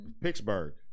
Pittsburgh